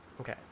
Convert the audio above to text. Okay